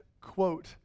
quote